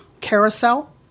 carousel